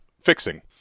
fixing